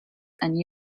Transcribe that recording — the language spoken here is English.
and